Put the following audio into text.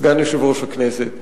סגן יושב-ראש הכנסת,